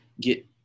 get